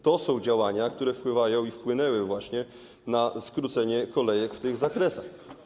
To są działania, które wpływają i wpłynęły właśnie na skrócenie kolejek w tych zakresach.